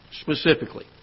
Specifically